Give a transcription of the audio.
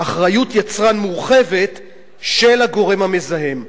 יצרן מורחבת של הגורם המזהם.